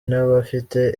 n’abafite